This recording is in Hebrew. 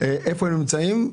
איפה הם נמצאים,